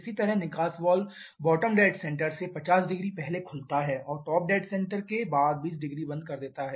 इसी तरह निकास वाल्व bottom dead center से 500 पहले खुलता है और टॉप डेड सेंटर के बाद 200 बंद कर देता है